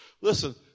Listen